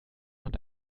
hat